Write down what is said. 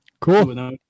Cool